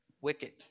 wicked